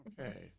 okay